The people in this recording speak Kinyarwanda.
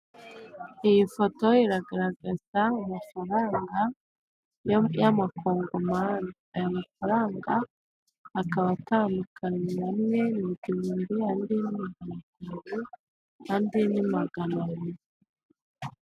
Iyi foto iragaragaza mafaranga y'amakongomani. Aya mafaranga akaba atandukanye, amwe ni igihumbi, andi ni magana atanu andi ni magana abiri.